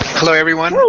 hello everyone.